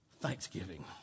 Thanksgiving